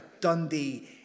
Dundee